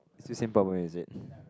still same problem is it